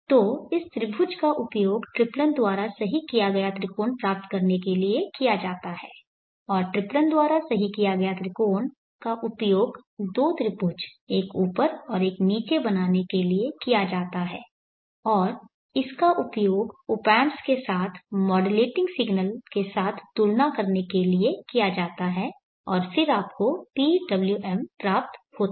तो इस त्रिभुज का उपयोग ट्रिप्लन द्वारा सही किया गया त्रिकोण प्राप्त करने के लिए किया जाता है और ट्रिप्लन द्वारा सही किया गया त्रिकोण का उपयोग दो त्रिभुज एक ऊपर और एक नीचे बनाने के लिए किया जाता है और इसका उपयोग ऑप एम्प्स के साथ मॉड्यूलेटिंग सिग्नल के साथ तुलना करने के लिए किया जाता है और फिर आपको PWM प्राप्त होता है